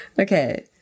Okay